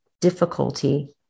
difficulty